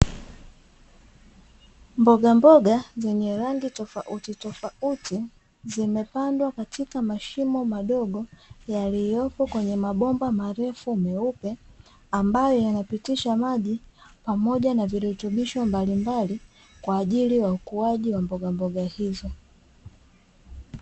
Mbogamboga zenye rangi tofautitofauti, zimepandwa katika mashimo madogo, yaliyopo kwenye mabomba marefu meupe, ambayo yanapitisha maji pamoja na virutubisho mbalimbali kwa ajili ya ukuaji wa mbogamboga hizo.